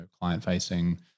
client-facing